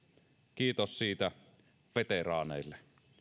kiitos siitä veteraaneille